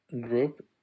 group